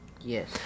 Yes